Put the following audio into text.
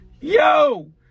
Yo